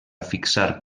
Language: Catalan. fixar